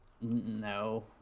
No